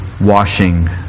washing